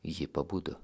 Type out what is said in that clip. ji pabudo